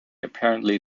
apparently